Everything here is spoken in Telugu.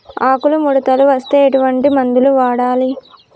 ఆకులు ముడతలు వస్తే ఎటువంటి మందులు వాడాలి?